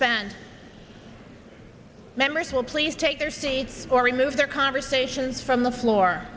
sense members will please take their seats or remove their conversations from the floor